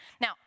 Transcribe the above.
Now